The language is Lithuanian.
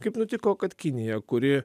kaip nutiko kad kinija kuri